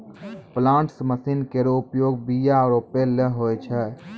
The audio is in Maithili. प्लांटर्स मसीन केरो प्रयोग बीया रोपै ल होय छै